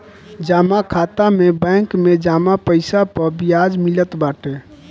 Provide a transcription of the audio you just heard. जमा खाता में बैंक में जमा पईसा पअ बियाज मिलत बाटे